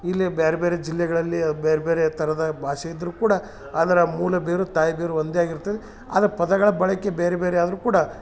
ಇಲ್ಲಿ ಬ್ಯಾರೆ ಬ್ಯಾರೆ ಜಿಲ್ಲೆಗಳಲ್ಲಿ ಬೇರೆ ಬೇರೆ ಥರದ ಭಾಷೆ ಇದ್ದರು ಕೂಡ ಅದ್ರ ಮೂಲ ಬೇರು ತಾಯಿ ಬೇರು ಒಂದೇ ಆಗಿರ್ತದೆ ಆದ್ರೆ ಪದಗಳ ಬಳಕೆ ಬೇರೆ ಬೇರೆ ಆದರು ಕೂಡ